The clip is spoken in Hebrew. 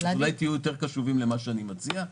אולי תהיו יותר קשובים למה שאני מציע.